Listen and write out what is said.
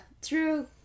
true